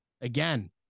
again